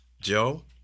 Joe